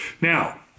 now